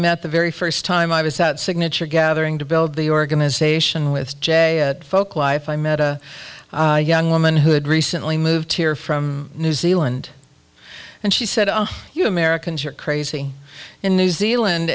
met the very first time i was that signature gathering to build the organization with j folklife i met a young woman who had recently moved here from new zealand and she said you americans are crazy in new zealand